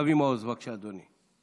אבי מעוז, בבקשה, אדוני.